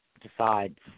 decides